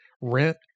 rent